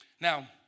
Now